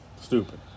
Stupid